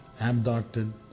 abducted